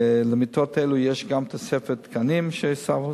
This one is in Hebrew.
למיטות האלו יש גם תוספת תקנים שהוספנו,